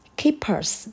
keepers